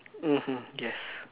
mmhmm yes